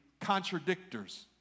contradictors